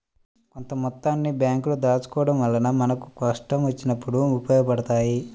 కొంత మొత్తాన్ని బ్యేంకుల్లో దాచుకోడం వల్ల మనకు కష్టం వచ్చినప్పుడు ఉపయోగపడతయ్యి